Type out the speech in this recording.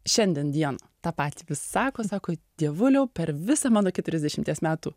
šiandien dieną tą patį vis sako sako dievuliau per visą mano keturiasdešimties metų